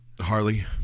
Harley